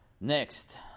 next